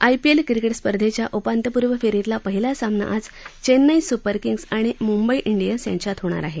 IPL cricket स्पर्धेच्या उपांत्यपूर्व फेरीतला पहिला सामना आज चेन्नई सुपर किंग्ज आणि मुंबई डियन्स यांच्यात होणार आहे